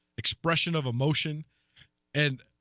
expression of a motion and